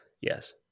yes